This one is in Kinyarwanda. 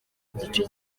gice